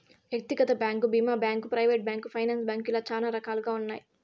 వ్యక్తిగత బ్యాంకు భీమా bank, private bank, finance bank ఇలా చాలా రకాలుగా ఉన్నాయి